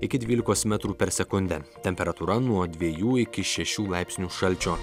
iki dvylikos metrų per sekundę temperatūra nuo dviejų iki šešių laipsnių šalčio